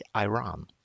Iran